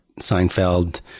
Seinfeld